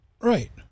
Right